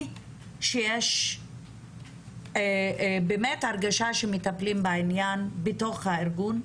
שיש באמת הרגשה שמטפלים בעניין בתוך הארגון,